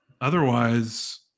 otherwise